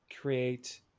create